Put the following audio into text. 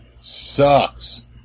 sucks